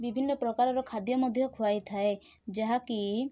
ବିଭିନ୍ନ ପ୍ରକାରର ଖାଦ୍ୟ ମଧ୍ୟ ଖୁଆଇଥାଏ ଯାହାକି